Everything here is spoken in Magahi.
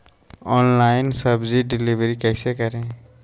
ऑनलाइन सब्जी डिलीवर कैसे करें?